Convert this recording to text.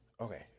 Okay